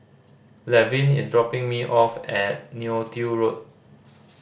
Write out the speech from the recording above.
Laverne is dropping me off at Neo Tiew Road